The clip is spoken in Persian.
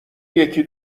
یکی